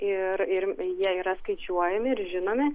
ir ir jie yra skaičiuojami ir žinomi